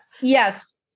Yes